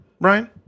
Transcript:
Brian